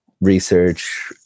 research